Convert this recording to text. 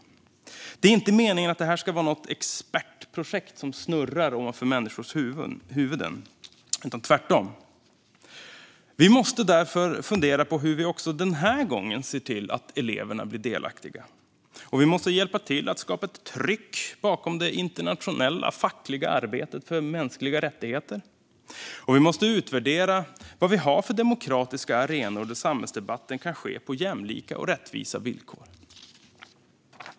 Det är inte meningen att det här ska vara något expertprojekt som snurrar ovanför människors huvuden, utan tvärtom. Vi måste därför fundera på hur vi också den här gången ser till att eleverna blir delaktiga. Vi måste hjälpa till att skapa ett tryck bakom det internationella fackliga arbetet för mänskliga rättigheter. Vi måste utvärdera vad vi har för demokratiska arenor där samhällsdebatten kan ske på jämlika och rättvisa villkor.